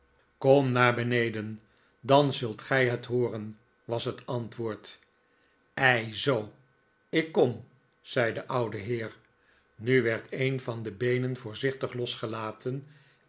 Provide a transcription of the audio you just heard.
kom maar beneden dan zult gij het hooren was het antwoord ei zoo ik kom zei de oude heer nu werd een van de beenen voorzichtig losgelaten